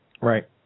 Right